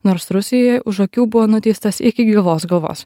nors rusijoje už akių buvo nuteistas iki gyvos galvos